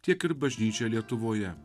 tiek ir bažnyčia lietuvoje